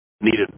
needed